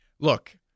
Look